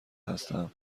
هستم